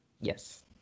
Yes